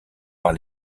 par